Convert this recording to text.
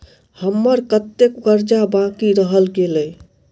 हम्मर कत्तेक कर्जा बाकी रहल गेलइ?